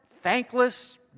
thankless